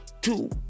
two